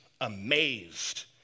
amazed